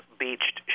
beached